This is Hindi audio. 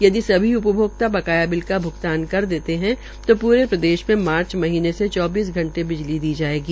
यदि सभी उपभोक्ता बकाया बिल का भ्गतान कर देते है तो प्रदेश में मार्च महीने से चौबीस घंटे बिजली दी जायेगी